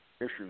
Issues